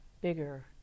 bigger